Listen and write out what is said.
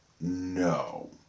No